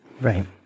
Right